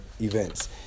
events